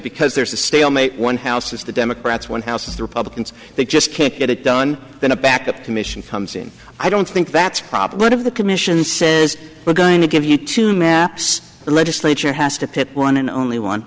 because there's a stalemate one house is the democrats one house republicans they just can't get it done in a backup commission comes in i don't think that's probably one of the commission says we're going to give you two maps the legislature has to pick one and only one